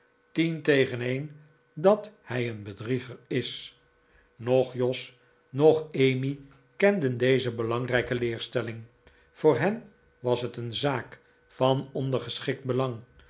tien tegen een dat hij een bedrieger is noch jos noch emmy kenden deze belangrijke leerstelling voor hen was het een zaak van ondergeschikt belang